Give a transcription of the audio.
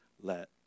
let